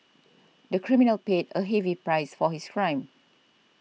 the criminal paid a heavy price for his crime